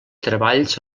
treballs